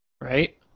right